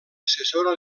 assessora